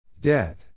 Dead